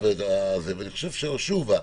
שוב,